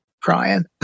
crying